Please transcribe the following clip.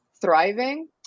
thriving